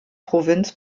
provinz